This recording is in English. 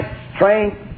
strength